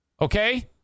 Okay